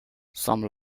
some